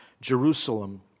Jerusalem